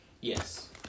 Yes